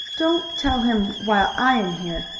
don't tell him while i am here.